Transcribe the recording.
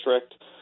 district